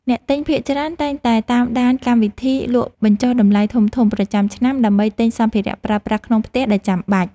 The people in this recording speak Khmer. អ្នកទិញភាគច្រើនតែងតែតាមដានកម្មវិធីលក់បញ្ចុះតម្លៃធំៗប្រចាំឆ្នាំដើម្បីទិញសម្ភារៈប្រើប្រាស់ក្នុងផ្ទះដែលចាំបាច់។